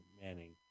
Manning